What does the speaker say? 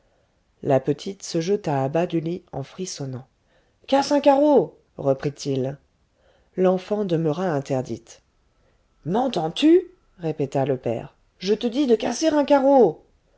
la petite se jeta à bas du lit en frissonnant casse un carreau reprit-il l'enfant demeura interdite m'entends-tu répéta le père je te dis de casser un carreau